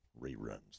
reruns